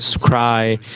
cry